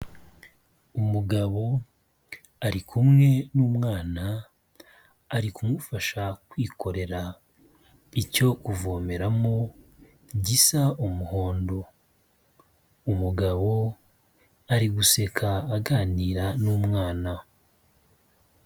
Umugabo ari kumwe n'umwana ari kumufasha kwikorera icyo kuvomeramo gisa umuhondo, umugabo ari guseka aganira n'umwana.